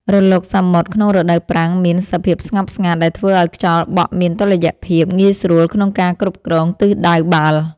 រលកសមុទ្រក្នុងរដូវប្រាំងមានសភាពស្ងប់ស្ងាត់ ដែលធ្វើឱ្យខ្យល់បក់មានតុល្យភាព ងាយស្រួលក្នុងការគ្រប់គ្រងទិសដៅបាល់។